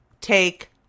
take